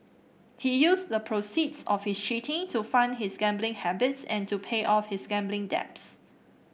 he used the proceeds of his cheating to fund his gambling habits and to pay off his gambling debts